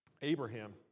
Abraham